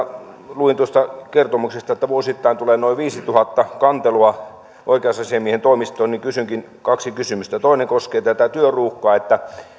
luin tuosta kertomuksesta että vuosittain tulee noin viisituhatta kantelua oikeusasiamiehen toimistoon niin kysynkin kaksi kysymystä toinen koskee tätä työruuhkaa